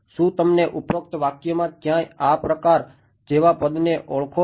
શું તમે ઉપરોક્ત વાક્યમાં ક્યાંક આ પ્રકાર જેવા પદને ઓળખો છો